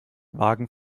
wagen